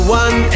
one